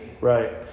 Right